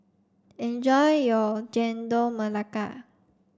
enjoy your Chendol Melaka